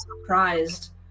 surprised